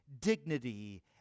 dignity